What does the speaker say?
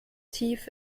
tief